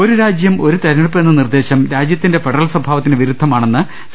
ഒരു രാജ്യം ഒരു തിരഞ്ഞെടുപ്പ് എന്ന നിർദ്ദേശം രാജ്യത്തിന്റെ ഫെഡ റൽ സ്വഭാവത്തിനു വിരുദ്ധമാണെന്ന് സി